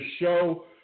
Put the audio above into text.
Show